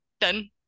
done